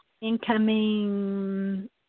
incoming